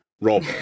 Rob